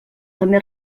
també